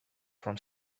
from